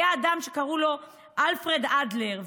היה אדם שקראו לו אלפרד אדלר,